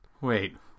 Wait